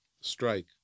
strike